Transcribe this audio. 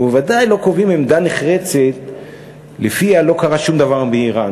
ובוודאי לא קובעים עמדה נחרצת שלפיה לא קרה שום דבר באיראן,